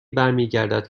برمیگردد